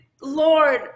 Lord